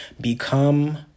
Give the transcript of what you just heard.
Become